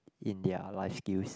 in their life skills